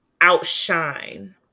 outshine